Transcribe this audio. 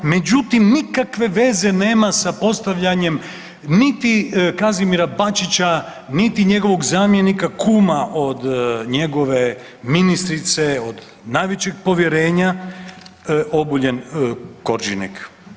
Međutim, nikakve veze nema sa postavljanjem niti Kazimira Bačića, niti njegovog zamjenika kuma od njegove ministrice od najvećeg povjerenja Obuljen Koržinek.